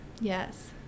yes